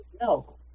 No